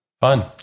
Fun